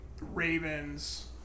Ravens